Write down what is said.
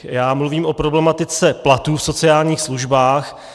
Já mluvím o problematice platů v sociálních službách.